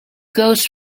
goes